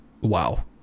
Wow